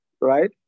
right